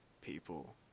people